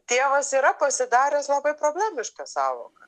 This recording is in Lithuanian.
tėvas yra pasidaręs labai problemiška sąvoka